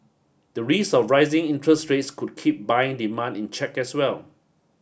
the risk of rising interest rates could keep buying demand in check as well